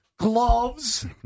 Gloves